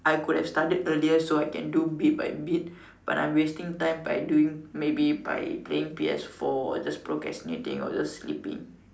I could have started earlier so I can do bit by bit but I'm wasting time by doing maybe by playing P_S-four or just procrastinating or just sleeping